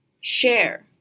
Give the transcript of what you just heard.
share